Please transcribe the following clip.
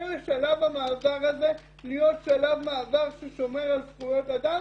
לשלב המעבר הזה להיות שלב מעבר ששומר על זכויות אדם